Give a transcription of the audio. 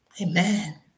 Amen